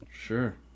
Sure